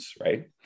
right